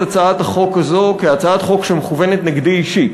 הצעת החוק הזאת כהצעת חוק שמכוונת נגדי אישית,